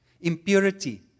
impurity